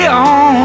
on